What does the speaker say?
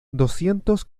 doscientos